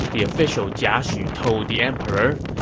the official jia xu told the emperor.